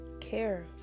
care